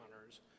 honors